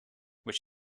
which